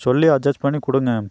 சொல்லி அஜெஸ்ட் பண்ணிக் கொடுங்க